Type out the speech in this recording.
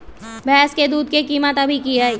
भैंस के दूध के कीमत अभी की हई?